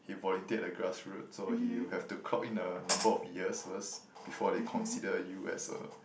he volunteered at the Grassroot so he will have to clock in a number of years first before they consider you as a